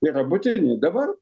yra būtini dabar